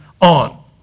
on